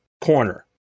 Corner